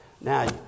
Now